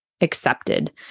accepted